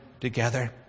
together